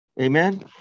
amen